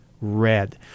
red